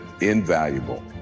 invaluable